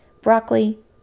broccoli